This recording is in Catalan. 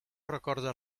recorda